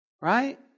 Right